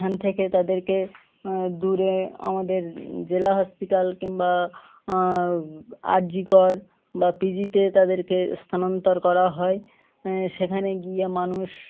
এখান থেকে তাদেরকে দূরে আমাদের জেলা হসপিটাল কিংবা আরজি কর বা পি জিতে তাদেরকে স্থানান্তর করা হয় সেখানে গিয়ে মানুষ